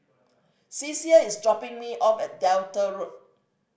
Ceasar is dropping me off at Delta Road